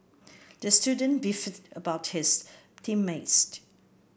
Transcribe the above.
the student beefed about his team mates